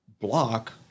block